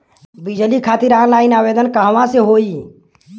बिजली खातिर ऑनलाइन आवेदन कहवा से होयी?